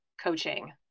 coaching